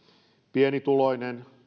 pienituloinen tai